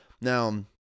Now